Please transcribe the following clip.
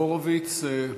הורוביץ.